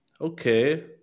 okay